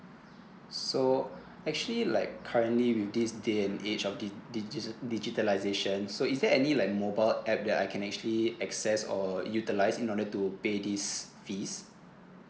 so actually like currently with this day and age of dig~ digital digitisation so is there any like mobile app that I can actually access or utilise in order to pay this fees